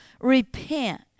repent